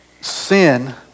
sin